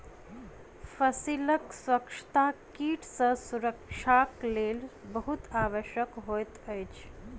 फसीलक स्वच्छता कीट सॅ सुरक्षाक लेल बहुत आवश्यक होइत अछि